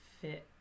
fit